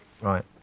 Right